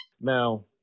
Now